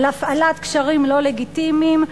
על הפעלת קשרים לא לגיטימיים,